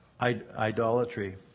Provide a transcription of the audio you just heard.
idolatry